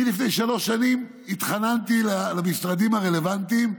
לפני שלוש שנים התחננתי למשרדים הרלוונטיים: